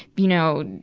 you know,